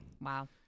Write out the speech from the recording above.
wow